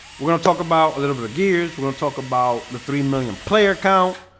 we're gonna talk about a little bit of gears we're gonna talk about the three million player count,